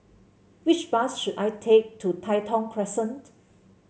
which bus should I take to Tai Thong Crescent